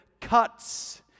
cuts